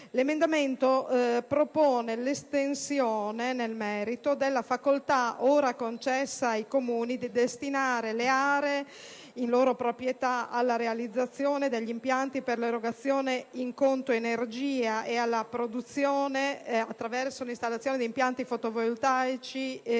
l'emendamento 16.76 propone che la facoltà, concessa ai Comuni, di destinare le aree in loro proprietà alla realizzazione degli impianti per l'erogazione in "conto energia" e alla produzione, attraverso l'installazione di impianti fotovoltaici,